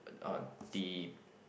on the